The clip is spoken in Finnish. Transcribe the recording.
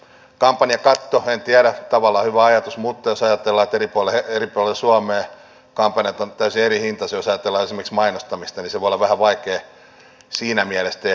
kampanjakatto en tiedä on tavallaan hyvä ajatus mutta jos ajatellaan että eri puolilla suomea kampanjat ovat täysin erihintaisia jos ajatellaan esimerkiksi mainostamista niin se voi olla vähän vaikea siinä mielessä tehdä